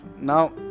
Now